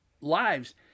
lives